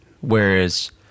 Whereas